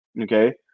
Okay